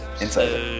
inside